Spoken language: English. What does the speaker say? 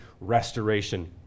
restoration